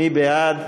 מי בעד?